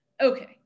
Okay